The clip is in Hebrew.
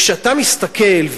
כשאתה מסתכל,